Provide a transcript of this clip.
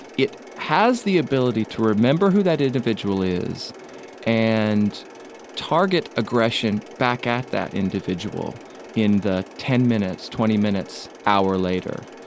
it has the ability to remember who that individual is and target aggression back at that individual in the ten minutes, twenty minutes, hour later.